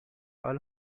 all